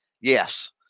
Yes